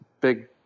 big